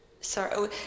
Sorry